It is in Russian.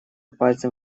пальцем